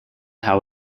how